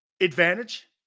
Advantage